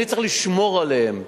אני צריך לשמור עליהם.